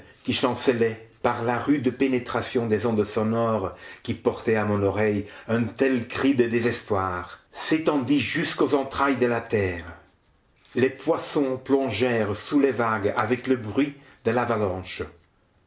qui chancelai par la rude pénétration des ondes sonores qui portaient à mon oreille un tel cri de désespoir s'étendit jusqu'aux entrailles de la terre les poissons plongèrent sous les vagues avec le bruit de l'avalanche